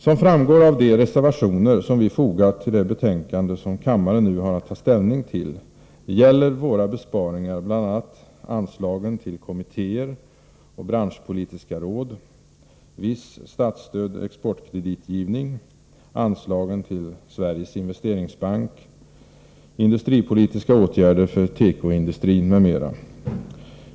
Som framgår av de reservationer som vi fogat till det betänkande som kammaren nu har att ta ställning till, gäller våra besparingar bl.a. anslagen till kommittéer och branschpolitiska råd, viss statsstödd exportkreditgivning, anslagen till Sveriges Investeringsbank, industripolitiska åtgärder för tekoindustrin m.m.